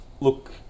Look